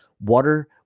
water